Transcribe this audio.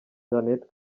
jeannette